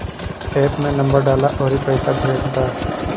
app में number डालअ अउरी पईसा भेज दअ